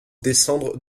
descendre